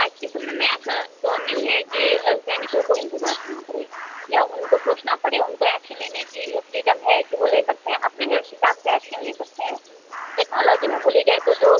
आज के समय में ऐसा दौर नहीं है कि सैनिकों को इंतज़ार करना पड़े या उनको सोचना पड़े उनको ऐक्शन लेने की फ़्रीडम है कि वो ले सकते हैं अपने यस हिसाब से ऐक्शन ले सकते हैं टेक्नोलॉजी में बोली जाए तो जो